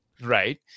Right